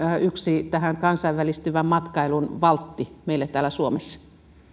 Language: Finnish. yksi valtti kansainvälistyvään matkailuun meille täällä suomessa